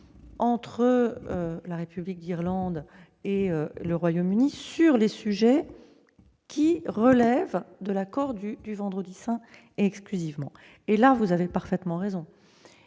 entre la République d'Irlande et le Royaume-Uni sur les sujets qui relèvent de l'accord du Vendredi saint, et exclusivement. En l'espèce, vous avez parfaitement raison,